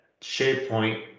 SharePoint